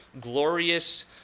glorious